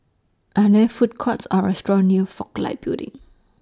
Are There Food Courts Or restaurants near Fook Lai Building